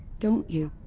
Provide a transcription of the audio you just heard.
don't you?